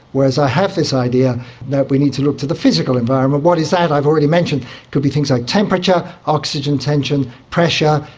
whereas i have this idea that we need to look to the physical environment. what is that? i've already mentioned it could be things like temperature, oxygen tension, pressure,